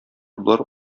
болар